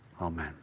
amen